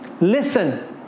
listen